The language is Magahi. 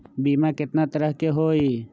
बीमा केतना तरह के होइ?